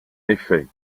effet